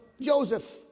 Joseph